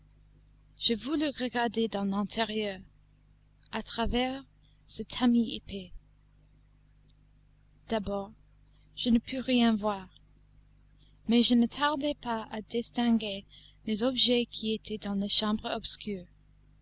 je voulus regarder dans l'intérieur à travers ce tamis épais d'abord je ne pus rien voir mais je ne tardai pas à distinguer les objets qui étaient dans la chambre